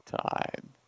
time